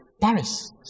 Paris